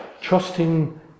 trusting